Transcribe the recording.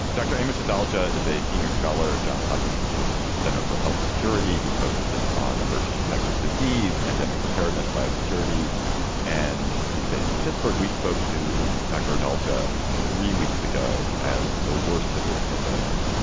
dr emerson soldier is a senior scholar at johns hopkins university's center for health security. he focuses on emerging infectious disease, pandemic preparedness, biosecurity and he's based in pittsburgh. we spoke to dr. adalgisa three weeks ago as the worst of this pandemic.